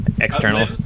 External